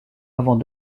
avant